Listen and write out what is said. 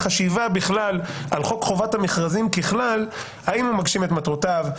איזושהי חשיבה בכלל על חוק חובת המכרזים ככלל אם הוא מגשים את מטרותיו,